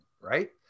right